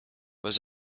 was